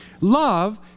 love